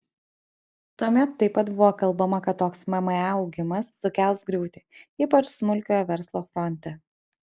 tuomet taip pat buvo kalbama kad toks mma augimas sukels griūtį ypač smulkiojo verslo fronte